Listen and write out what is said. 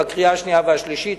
בקריאה השנייה והשלישית.